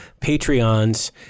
Patreons